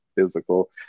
physical